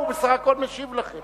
הוא בסך הכול משיב לכם.